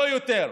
לא יותר.